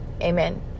Amen